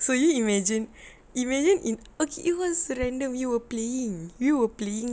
so you imagine imagine in okay it was random we were playing we were playing